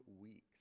weeks